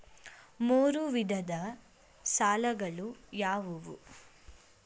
ಮೂರು ವಿಧದ ಸಾಲಗಳು ಯಾವುವು?